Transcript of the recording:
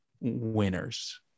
winners